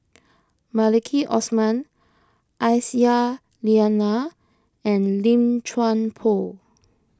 Maliki Osman Aisyah Lyana and Lim Chuan Poh